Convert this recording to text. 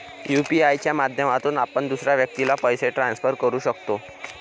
UPI च्या माध्यमातून आपण दुसऱ्या व्यक्तीला पैसे ट्रान्सफर करू शकतो